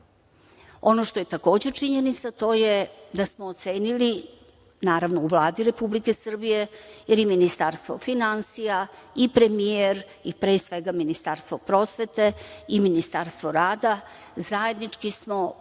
što je takođe činjenica, to je da smo ocenili, naravno u Vladi Republike Srbije, i Ministarstvo finansija i premijer i pre svega Ministarstvo prosvete i Ministarstvo rada, zajednički smo prosto